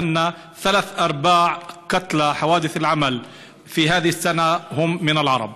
משום ששלושה רבעים מההרוגים בתאונות עבודה בשנה זו הם ערבים.)